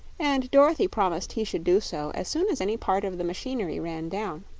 and dorothy promised he should do so as soon as any part of the machinery ran down.